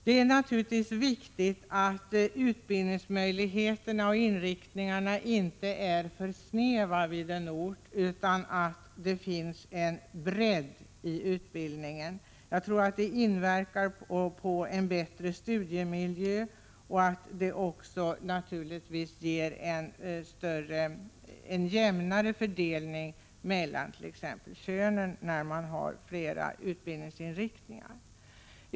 Det är naturligtvis viktigt att utbildningsmöjligheterna och utbildningarnas inriktning på en ort inte är för snäva, utan att det finns en bredd i utbildningen. Jag tror att det medverkar till en bättre studiemiljö. Flera utbildningsinriktningar bidrar naturligtvis också till att man bland de studerande får en jämnare fördelning mellan könen.